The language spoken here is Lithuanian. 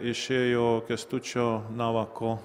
išėjo kęstučio navako